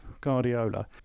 Guardiola